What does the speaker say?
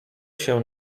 się